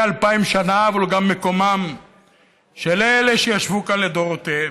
אלפיים שנה אבל הוא גם מקומם של אלה שישבו כאן לדורותיהם,